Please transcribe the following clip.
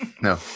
No